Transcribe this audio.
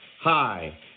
Hi